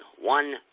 one